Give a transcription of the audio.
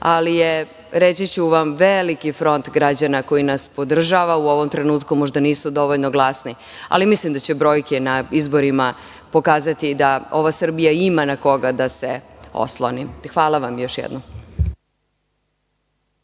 ali je, reći ću vam, veliki front građana koji nas podržava u ovom trenutku možda nisu dovoljno glasni, ali mislim da će brojke na izborima pokazati da ova Srbija ima na koga da se osloni. Hvala. **Stefan